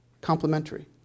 complementary